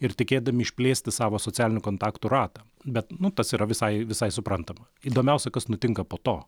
ir tikėdami išplėsti savo socialinių kontaktų ratą bet nu tas yra visai visai suprantama įdomiausia kas nutinka po to